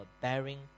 bearing